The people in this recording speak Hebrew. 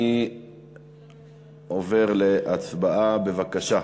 אני עובר להצבעה, בבקשה.